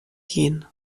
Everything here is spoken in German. gehen